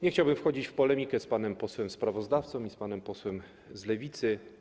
Nie chciałbym wchodzić w polemikę z panem posłem sprawozdawcą i z panem posłem z Lewicy.